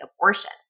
abortion